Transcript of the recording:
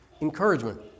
encouragement